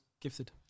gifted